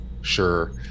Sure